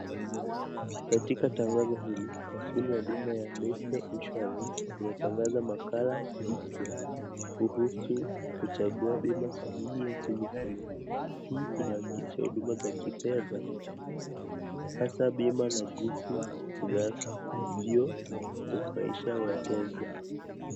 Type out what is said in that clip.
Katika tangazo hili, kampuni ya bima ya mayfair insurance, inatangaza makala moya kuhusu kuchagua bima sahihi nchini kenya, hii inawakilisha huduma za kifedha hasa bima na jinsi inavyo nufaisha wateja.